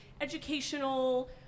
educational